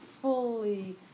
fully